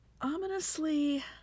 Ominously